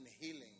healing